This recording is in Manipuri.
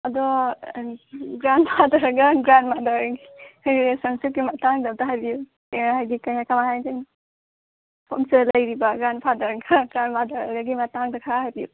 ꯑꯗꯣ ꯒ꯭ꯔꯥꯟꯐꯥꯗꯔꯒ ꯒ꯭ꯔꯥꯟꯃꯥꯗꯔꯒꯤ ꯔꯤꯂꯦꯁꯟꯁꯤꯞꯀꯤ ꯃꯇꯥꯡꯗ ꯑꯝꯇ ꯍꯥꯏꯕꯤꯌꯨ ꯍꯥꯏꯗꯤ ꯀꯃꯥꯏ ꯀꯃꯥꯏꯅ ꯍꯥꯏꯗꯣꯏꯅꯣ ꯃꯐꯝꯁꯤꯗ ꯂꯩꯔꯤꯕ ꯒ꯭ꯔꯥꯟꯗꯐꯥꯗꯔꯒ ꯒ꯭ꯔꯥꯟꯗꯃꯥꯗꯔꯒꯒꯤ ꯃꯇꯥꯡꯗ ꯈꯔ ꯍꯥꯏꯕꯤꯌꯨ